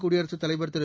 குடியரசுத்தலைவர் திரு